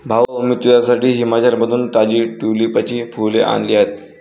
भाऊ, मी तुझ्यासाठी हिमाचलमधून ताजी ट्यूलिपची फुले आणली आहेत